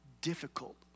difficult